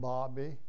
Bobby